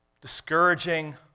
discouraging